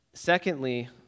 Secondly